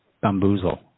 bamboozle